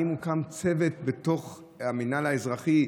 האם הוקם צוות במינהל האזרחי?